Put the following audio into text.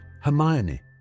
Hermione